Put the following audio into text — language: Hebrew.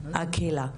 הקהילה,